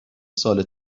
سال